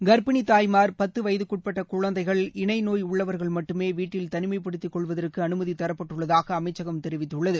கர்ப்பிணிதாய்மார் பத்துவயதுக்குட்பட்டகுழந்தைகள் இணைநோய் உள்ளவர்கள் மட்டுமேவீட்டில் தனிமைப்படுத்திக் கொள்வதற்குஅனுமதிதரப்பட்டுள்ளதாகஅமைச்சகம் தெரிவித்துள்ளது